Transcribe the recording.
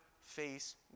face